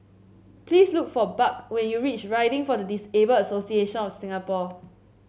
please look for Buck when you reach Riding for the Disabled Association of Singapore